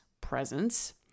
presence